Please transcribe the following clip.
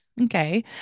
Okay